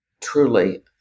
truly